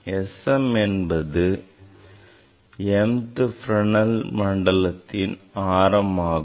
S m என்பது m th Fresnel மண்டலத்தின் ஆரம் ஆகும்